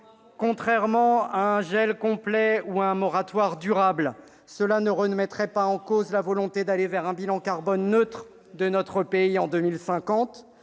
Contrairement à un gel complet ou à un moratoire durable, cela ne remettrait pas en cause la volonté d'aller vers un bilan carbone neutre de notre pays en 2050,